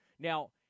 Now